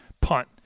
Punt